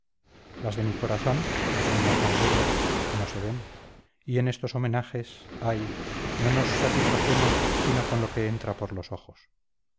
las de mi corazón que son las más bellas no se ven y en estos homenajes ay no nos satisfacemos sino con lo que entra por los ojos